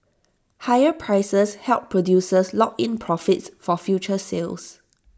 higher prices help producers lock in profits for future sales